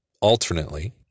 alternately